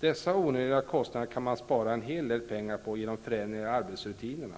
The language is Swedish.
Dessa onödiga kostnader kan man spara en hel del pengar på genom förändringar i arbetsrutinerna.